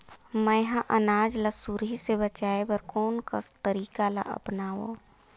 मैं ह अनाज ला सुरही से बचाये बर कोन कस तरीका ला अपनाव?